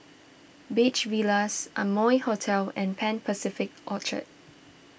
Beach Villas Amoy Hotel and Pan Pacific Orchard